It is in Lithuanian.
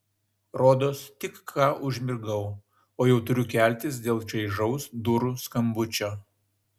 rodos tik ką užmigau o jau turiu keltis dėl čaižaus durų skambučio